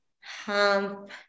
hump